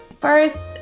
First